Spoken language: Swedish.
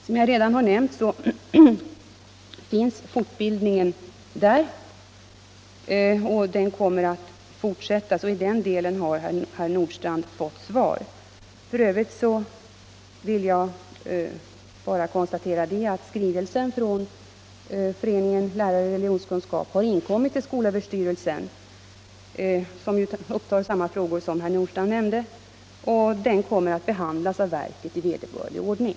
Som jag redan har nämnt finns fortbildningen där. Den kommer att fortsätta, så i den delen har herr Nordstrandh fått svar. I övrigt vill jag bara konstatera att skrivelsen från Föreningen Lärare i religionskunskap, som ju upptar samma frågor som dem herr Nordstrandh nämnde, har inkommit till skolöverstyrelsen och att den kommer att behandlas av verket i vederbörlig ordning.